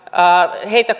heitä